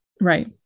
Right